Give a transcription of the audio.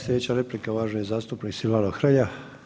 Slijedeća replika uvaženi zastupnik Silvano Hrelja.